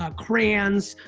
ah crayons,